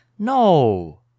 No